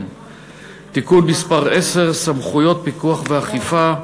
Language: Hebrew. (הגנה על בעלי-חיים) (תיקון מס' 10) (סמכויות פיקוח ואכיפה),